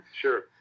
Sure